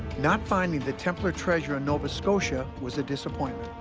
not finding the templar treasure in nova scotia was a disappointment,